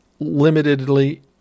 limitedly